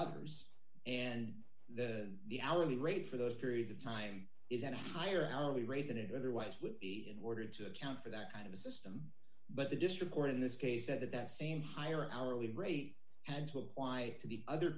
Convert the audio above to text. others and the the hourly rate for those periods of time is at a higher hourly rate than it otherwise would be in order to account for that kind of a system but the district court in this case said that the same higher hourly rate and to apply to the other